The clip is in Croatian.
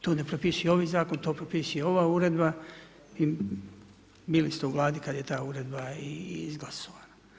To ne propisuje ovaj zakon, to propisuje ova uredba, bili ste u vladi kad je ta uredba i izglasovana.